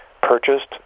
purchased